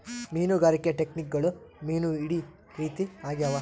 ಮೀನುಗಾರಿಕೆ ಟೆಕ್ನಿಕ್ಗುಳು ಮೀನು ಹಿಡೇ ರೀತಿ ಆಗ್ಯಾವ